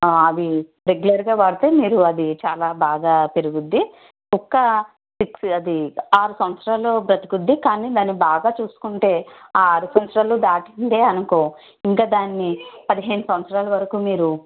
అవి రేగులర్గా వాడితే మీరు అది చాలా బాగా పెరుగుతుంది కుక్క సిక్స్ అది ఆరు సంవత్సరాలు బ్రతుకుతుంది కాని దాన్ని బాగా చూసుకుంటే ఆ ఆరు సంవత్సరాలు దాటిందే అనుకో ఇంక దాన్ని పదిహేను సంవత్సరాల వరకు మీరు